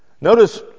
Notice